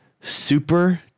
Super